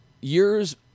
years